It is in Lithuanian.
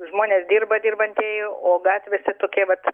žmonės dirba dirbantieji o gatvėse tokie vat